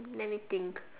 let me think